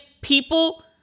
people